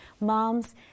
moms